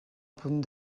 punt